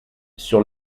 sur